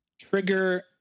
trigger